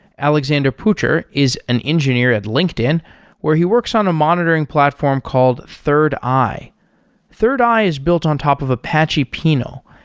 alexandre pucher is an engineer at linkedin where he works on a monitoring platform called thirdeye. thirdeye is built on top of apache pinot, um